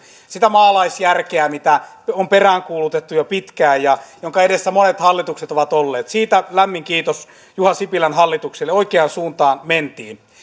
sitä maalaisjärkeä mitä on peräänkuulutettu jo pitkään tähän surullisen kuuluisaan haja asutusalueiden jätevesisäätelyyn jonka edessä monet hallitukset ovat olleet siitä lämmin kiitos juha sipilän hallitukselle oikeaan suuntaan mentiin